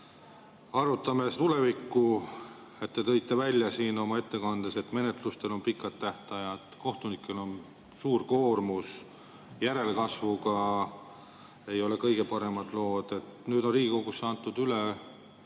arutame tulevikku. Te tõite välja oma ettekandes, et menetlustel on pikad tähtajad, kohtunikel on suur koormus, järelkasvuga ei ole kõige paremad lood. Nüüd on Vabariigi Valitsus andnud